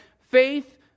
faith